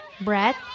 bread